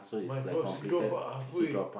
my girl she dropout halfway